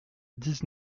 dix